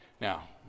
Now